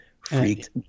freaked